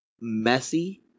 messy